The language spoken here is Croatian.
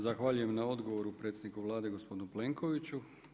Zahvaljujem na odgovoru predsjedniku Vlade gospodinu Plenkoviću.